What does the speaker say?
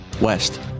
West